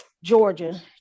georgia